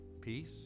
peace